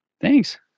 Thanks